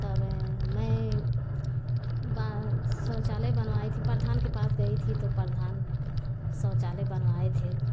तब मैं बा शौचालय बनवांई थी प्रधान के पास गई थी तो प्रधान शौचालय बनवाए थे